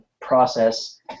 process